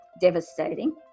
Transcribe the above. devastating